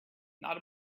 not